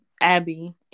Abby